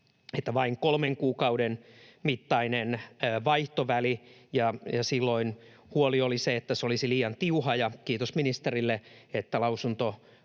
että vain kolmen kuukauden mittainen vaihtoväli, ja silloin huoli oli, että se olisi liian tiuha. Kiitos ministerille, että